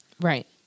Right